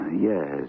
Yes